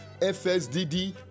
FSDD